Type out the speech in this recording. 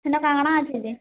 ସେନ୍ କାଣ୍ କାଣା ଅଛି ଯେ